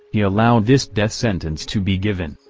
he allowed this death sentence to be given,